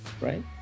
right